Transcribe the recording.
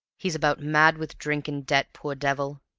he's about mad with drink and debt, poor devil!